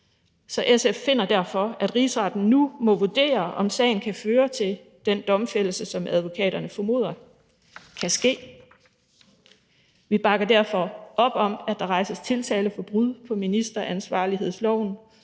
Så SF finder derfor, at Rigsretten nu må vurdere, om sagen kan føre til den domfældelse, som advokaterne formoder kan ske. Vi bakker derfor op om, at der rejses tiltale for brud på ministeransvarlighedsloven,